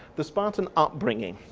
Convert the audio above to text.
the spartan upbringing,